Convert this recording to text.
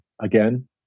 again